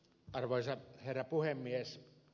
arvoisa herra puhemies